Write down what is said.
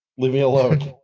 leave me alone.